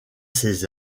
ses